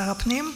שר הפנים,